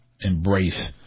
embrace